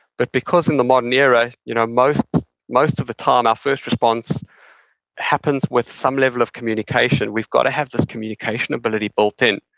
but because in the modern era, you know most most of the time our first response happens with some level of communication, we've got to have this communication ability built in.